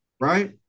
right